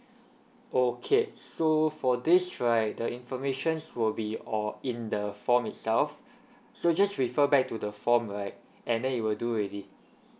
okay so for this right the informations will be all in the form itself so just refer back to the form right and then it will do already